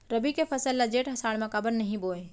रबि के फसल ल जेठ आषाढ़ म काबर नही बोए?